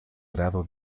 grado